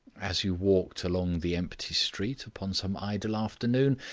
as you walked along the empty street upon some idle afternoon,